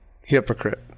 hypocrite